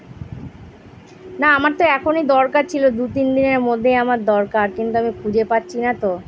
না আমার তো এখনই দরকার ছিল দু তিন দিনের মধ্যেই আমার দরকার কিন্তু আমি খুঁজে পাচ্ছি না তো